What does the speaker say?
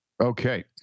Okay